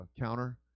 counter